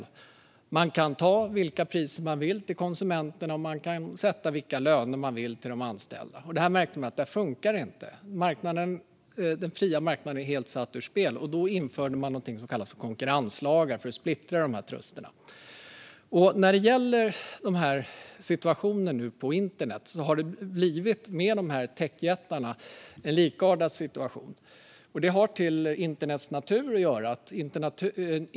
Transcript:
Då kan man ta vilka priser man vill av konsumenterna och sätta vilka löner man vill för de anställda. Där är den fria marknaden helt satt ur spel. Då införde man något som kallas konkurrenslagar för att splittra trusterna. Nu kan vi på internet se en likartad situation med techjättarna. Det har att göra med internets natur.